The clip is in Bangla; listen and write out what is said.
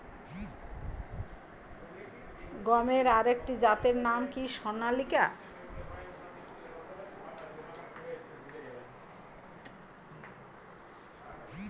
গমের আরেকটি জাতের নাম কি সোনালিকা?